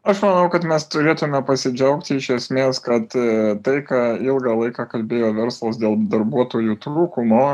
aš manau kad mes turėtume pasidžiaugti iš esmės kad tai ką ilgą laiką kalbėjo verslas dėl darbuotojų trūkumo